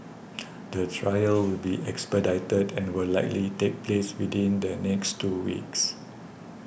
the trial will be expedited and will likely take place within the next two weeks